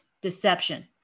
deception